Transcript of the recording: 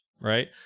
right